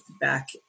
back